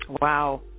Wow